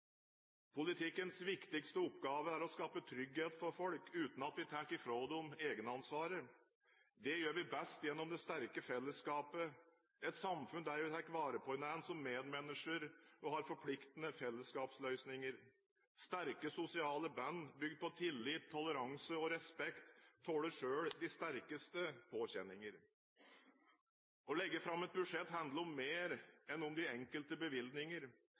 Politikkens viktigste oppgave er å skape trygghet for folk uten at vi tar fra dem egenansvaret. Det gjør vi best gjennom det sterke fellesskapet – et samfunn der vi tar vare på hverandre som medmennesker og har forpliktende fellesskapsløsninger. Sterke sosiale bånd – bygd på tillit, toleranse og respekt – tåler selv de sterkeste påkjenninger. Å legge fram et budsjett handler om mer enn de enkelte bevilgninger.